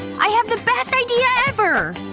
i have the best idea ever!